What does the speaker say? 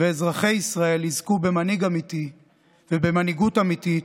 ואזרחי ישראל יזכו במנהיג אמיתי ובמנהיגות אמיתית,